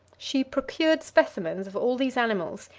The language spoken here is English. she procured specimens of all these animals,